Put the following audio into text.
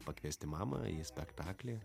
pakviesti mamą į spektaklį